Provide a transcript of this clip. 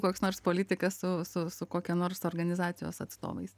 koks nors politikas su su su kokia nors organizacijos atstovais